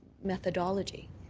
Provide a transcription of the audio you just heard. methodology.